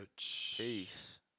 Peace